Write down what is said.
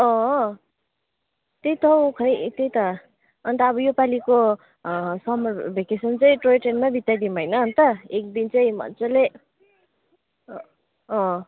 अँ त्यही त हौ खोइ त्यही त अन्त अब योपालिको समर भेकेसन चैँ टोयट्रेनमै बिताइदिउँ होइन अन्त एकदिन चैँ मज्जाले